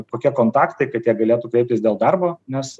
kokie kontaktai kad jie galėtų kreiptis dėl darbo nes